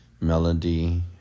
Melody